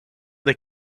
they